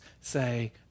say